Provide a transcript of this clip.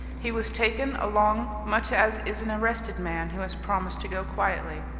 he was taken along much as is an arrested man who has promised to go quietly.